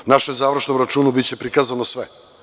U našem završnom računu biće prikazano sve.